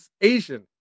Asian